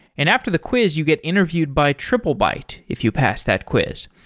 and after the quiz you get interviewed by triplebyte if you pass that quiz.